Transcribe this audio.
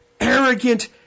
arrogant